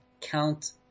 count